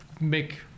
Make